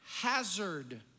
hazard